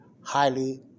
highly